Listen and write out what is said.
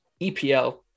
EPL